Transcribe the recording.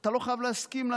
שאתה לא חייב להסכים לה.